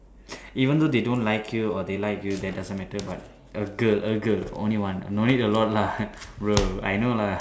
even though they don't like you or they like you that doesn't matter but a girl a girl only one no need a lot lah bro I know lah